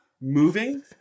moving